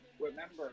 Remember